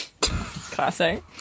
Classic